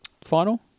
final